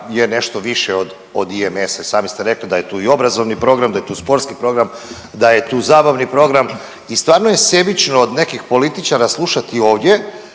je nešto više od, od IMS-a i sami ste rekli da je tu i obrazovni program, da je tu sportski program, da je tu zabavni program i stvarno je sebično od nekih političara slušati ovdje